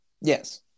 Yes